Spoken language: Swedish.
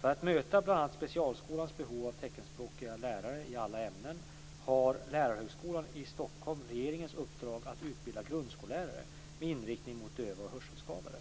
För att möta bl.a. specialskolans behov av teckenspråkiga lärare i alla ämnen har Lärarhögskolan i Stockholm regeringens uppdrag att utbilda grundskollärare med inriktning mot döva och hörselskadade.